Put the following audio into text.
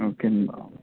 okay